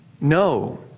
No